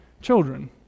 children